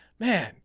Man